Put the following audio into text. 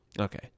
okay